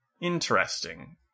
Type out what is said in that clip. interesting